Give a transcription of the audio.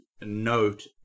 note